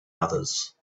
others